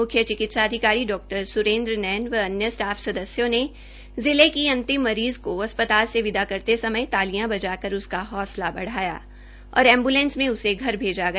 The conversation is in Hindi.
मुख्य चिक्तिसा अधिकारी डा सुरेन्द्र नैन व अन्य स्टाफ सदस्यों ने जिले की अंतिम मरीज़ को अस्पताल से विदा करते सयम तालियां बजाकर उसका हौसला बढ़ाया और एम्बूलेंस में उसे घर भेजा गया